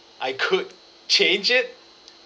I could change it